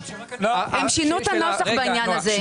הם שינו את הנוסח בעניין הזה.